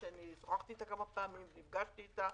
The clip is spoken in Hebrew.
שוחחתי עם השרה כמה פעמים, נפגשתי אתה,